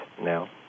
now